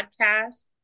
podcast